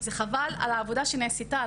זה חבל על העבודה שנעשתה,